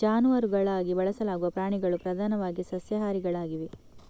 ಜಾನುವಾರುಗಳಾಗಿ ಬಳಸಲಾಗುವ ಪ್ರಾಣಿಗಳು ಪ್ರಧಾನವಾಗಿ ಸಸ್ಯಾಹಾರಿಗಳಾಗಿವೆ